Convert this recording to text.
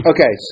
Okay